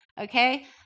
okay